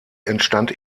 entstand